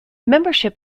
membership